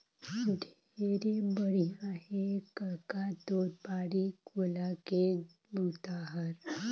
ढेरे बड़िया हे कका तोर बाड़ी कोला के बूता हर